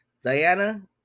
Diana